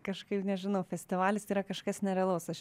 kažkaip nežinau festivalis tai yra kažkas nerealaus aš